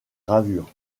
gravures